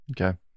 Okay